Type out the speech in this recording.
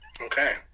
Okay